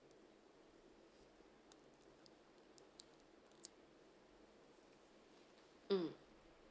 mm